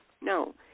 No